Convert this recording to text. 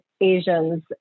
Asians